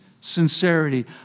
sincerity